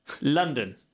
London